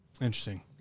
Interesting